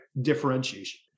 Differentiation